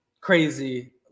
crazy